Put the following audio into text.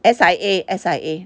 S_I_A S_I_A